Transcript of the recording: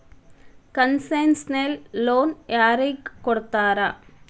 Concessional loan ಯಾರಿಗ್ ಕೊಡ್ತಾರ?